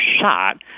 shot